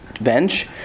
bench